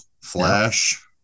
Flash